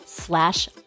slash